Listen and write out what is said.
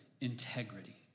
integrity